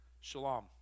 Shalom